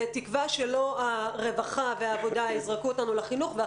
בתקווה שלא הרווחה והעבודה יזרקו אותנו לחינוך,